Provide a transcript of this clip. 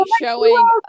showing